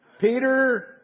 Peter